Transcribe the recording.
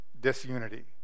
Disunity